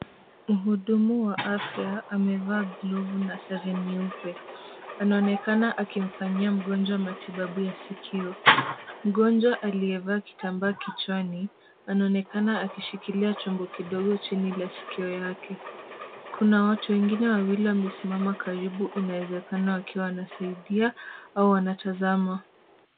Mhudumu wa afya amevaa glovu na sare nyeupe. Anaonekana akimfanyia mgonjwa matibabu ya sikio. Mgonjwa aliyevaa kitambaa kichwani, anaonekana akishikilia chombo kidogo chini la sikio yake. Kuna watu wengine wawili wamesimama karibu, inawezekana wakiwa wanasaidia au wanatazama.